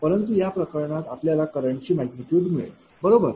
परंतु या प्रकरणात आपल्याला करंटची मॅग्निट्यूड मिळेल बरोबर